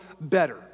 better